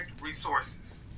resources